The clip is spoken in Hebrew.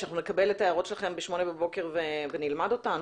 שאנחנו נקבל את ההערות שלכם ב-8:00 בבוקר ונלמד אותן?